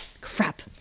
Crap